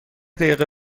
دقیقه